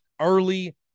early